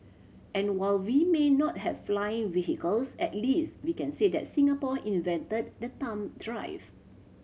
and while we may not have flying vehicles at least we can say that Singapore invented the thumb drive